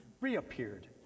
reappeared